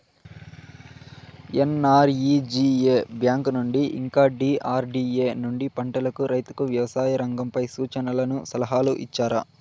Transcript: NREGA bank నుండి ఇంకా DRDA నుండి పంటలకు రైతుకు వ్యవసాయ రంగంపై సూచనలను సలహాలు ఇచ్చారా